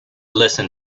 listen